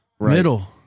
Middle